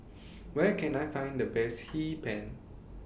Where Can I Find The Best Hee Pan